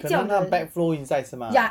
可能他 back flow inside 是吗